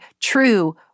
true